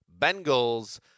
Bengals